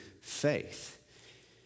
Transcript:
faith